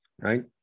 right